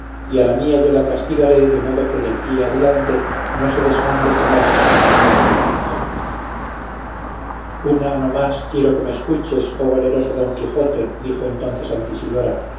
a la mía yo la castigaré de modo que de aquí adelante no se desmande con la vista ni con las palabras una no más quiero que me escuches oh valeroso don quijote dijo entonces